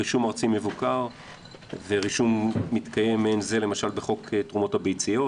רישום ארצי מבוקר ורישום מעין זה מתקיים למשל בחוק תרומות ביציות.